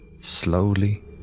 Slowly